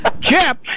Chip